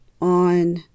on